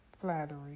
flattery